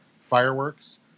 fireworks